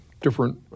different